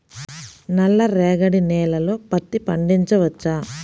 నల్ల రేగడి నేలలో పత్తి పండించవచ్చా?